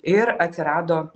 ir atsirado